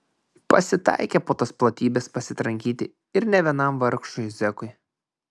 pasitaikė po tas platybes pasitrankyti ir ne vienam vargšui zekui